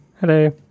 Hello